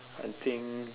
I think